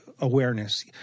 awareness